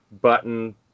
button